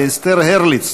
ואסתר הרליץ,